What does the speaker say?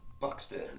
Buxton